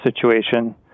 situation